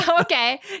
okay